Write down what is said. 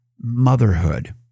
motherhood